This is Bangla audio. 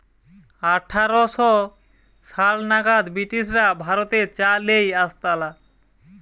আঠার শ সাল নাগাদ ব্রিটিশরা ভারতে চা লেই আসতালা